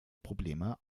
probleme